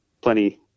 plenty